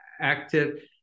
active